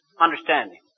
Understanding